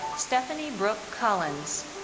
stephanie brooke collins.